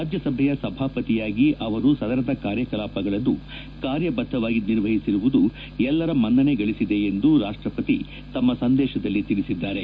ರಾಜ್ಯ ಸಭೆಯ ಸಭಾಪತಿಗಳಾಗಿ ಅವರು ಸದನದ ಕಾರ್ಯಕಲಾಪಗಳನ್ನು ಕಾರ್ಯಬದ್ದವಾಗಿ ನಿರ್ವಹಿಸಿರುವುದು ಎಲ್ಲರ ಮನ್ನಣೆಗಳಿಸಿದೆ ಎಂದು ರಾಷ್ಟಪತಿ ತಮ್ಮ ಸಂದೇಶದಲ್ಲಿ ತಿಳಿಸಿದ್ದಾರೆ